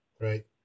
Right